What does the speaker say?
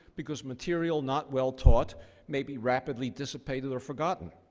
because material not well taught may be rapidly dissipated or forgotten.